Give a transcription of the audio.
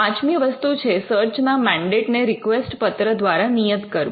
પાંચમી વસ્તુ છે સર્ચ ના મૅન્ડેટ ને રિકવેસ્ટ પત્ર દ્વારા નિયત કરવું